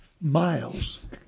miles